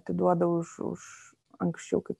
atiduoda už už anksčiau kaip